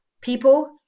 People